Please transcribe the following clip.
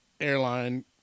airline